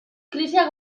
krisiak